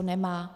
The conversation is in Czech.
Nemá.